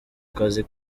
kazi